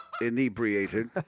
inebriated